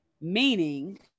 meaning